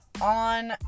On